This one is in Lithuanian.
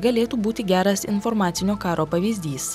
galėtų būti geras informacinio karo pavyzdys